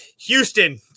Houston